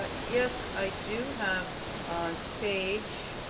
ah yes, i do have on page